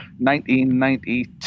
1992